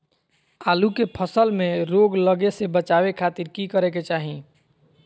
आलू के फसल में रोग लगे से बचावे खातिर की करे के चाही?